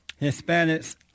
Hispanics